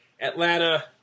Atlanta